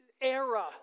era